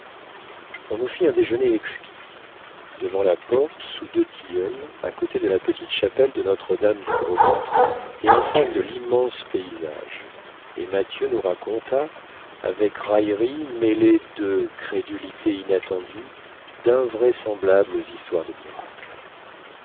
on nous fit un déjeuner exquis devant la porte sous deux tilleuls à côté de la petite chapelle de notre-dame du gros ventre et en face de l'immense paysage et mathieu nous raconta avec une raillerie mêlée de crédulités inattendues d'invraisemblables histoires de miracles